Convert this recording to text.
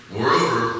Moreover